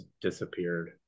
disappeared